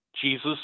Jesus